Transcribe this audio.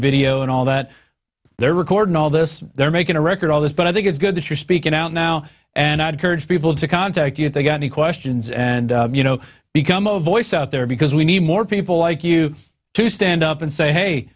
video and all that they're recording all this they're making a record all this but i think it's good that you're speaking out now and i encourage people to contact you if they got any questions and you know become a voice out there because we need more people like you to stand up and say hey